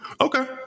Okay